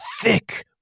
thick